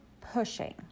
pushing